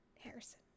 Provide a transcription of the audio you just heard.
Harrison